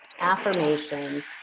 affirmations